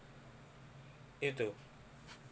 you too